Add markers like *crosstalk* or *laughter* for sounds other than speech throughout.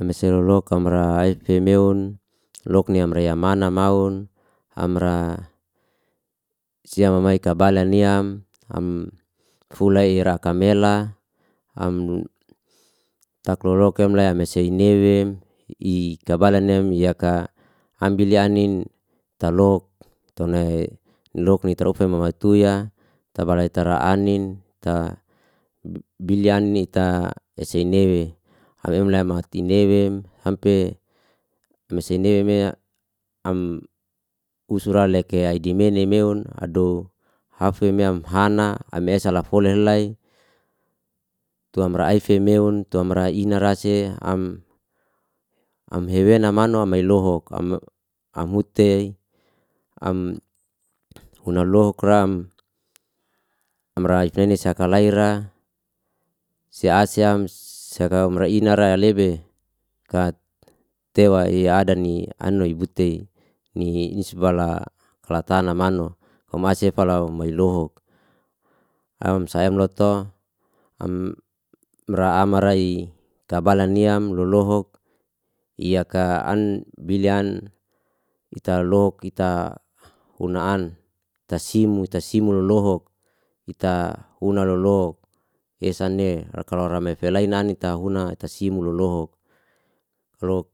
Amse lolohuk amra afi meun, loukni amra ya mana maun, amra si humai tabala niam, am fulay ira kammela, am tak lolok emsem mese niwem *hesitation* ikabala nem yaka ambil yanin, talohuk tunai loukni tarufe mamatuya, tabalay tara anin, ta *hesitation* bilya meta ese newe, au emlem hatinewem hampe mesenea mea, am usura leke ai dimele meun, adow hafi meam, hana am esa lafoli helay. tu amra aife meun, tu amra inara se, am hewena manom ai lohuk, am ama hutey, am huna lohuk lam. Amra aifneni sakaalay ra, se asam, se kamra inara alebi ka tewa'i adani anloi butey ni nisbala latana mano, um ase fala mailohuk, am sahem lotu, am ra amara'i kabala niam loohuk, i yaka an bilyan, ita lohuk, ita huna'an tasimu tasimu lolohuk, ita huna lolohuk. esane ra kalaurame felay nani tahuna tasimu lolohuk, lohuk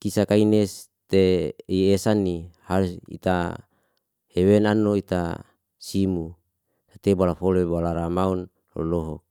kisa kainis te esani hal ita, hiwa nanloita simu, hete balafoli balara maun hulohok.